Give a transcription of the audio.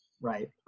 Right